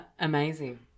amazing